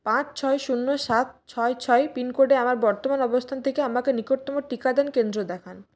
পাঁচ ছয় শূন্য সাত ছয় ছয় পিনকোডে আমার বর্তমান অবস্থান থেকে আমাকে নিকটতম টিকাদান কেন্দ্র দেখান